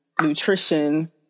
nutrition